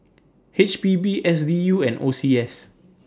H P B S D U and O C S